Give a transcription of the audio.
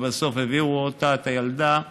ובסוף הביאו אותה, את הילדה.